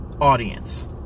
audience